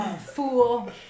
Fool